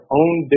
own